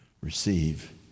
receive